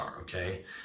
Okay